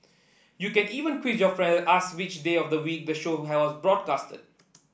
you can even quiz your friends ask which day of the week the show was broadcast